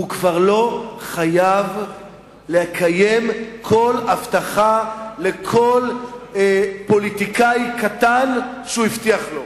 הוא כבר לא חייב לקיים כל הבטחה לכל פוליטיקאי קטן שהוא הבטיח לו.